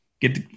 get